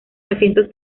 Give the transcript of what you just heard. asientos